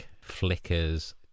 flickers